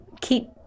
keep